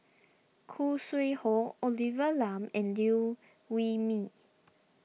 Khoo Sui Hoe Olivia Lum and Liew Wee Mee